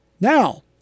Now